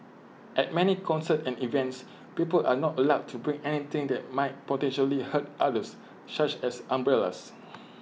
at many concerts and events people are not allowed to bring anything that might potentially hurt others such as umbrellas